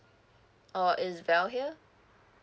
uh it's bell here